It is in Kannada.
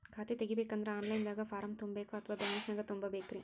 ಖಾತಾ ತೆಗಿಬೇಕಂದ್ರ ಆನ್ ಲೈನ್ ದಾಗ ಫಾರಂ ತುಂಬೇಕೊ ಅಥವಾ ಬ್ಯಾಂಕನ್ಯಾಗ ತುಂಬ ಬೇಕ್ರಿ?